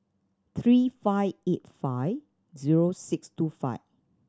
three five eight five zero six two five